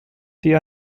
die